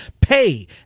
Pay